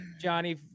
Johnny